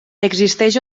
existeix